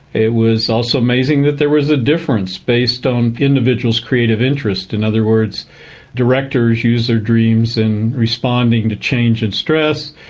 it was also amazing that there was a difference based on individuals' creative interest, in other words directors used their dreams in responding to change in stress,